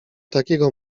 takiego